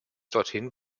dorthin